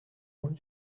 uns